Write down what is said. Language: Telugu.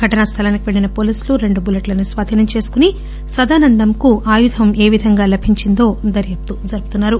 ఘటన స్లలానికి పెళ్లిన పోలీసులు రెండు బుల్లెట్లను స్వాధీనం చేసుకుని సదానందంకు ఈ ఆయుధం ఏ విధంగా లభించిందో దర్యాప్తు జరుపుతున్నారు